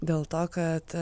dėl to kad